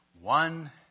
one